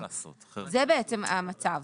זה בעצם המצב.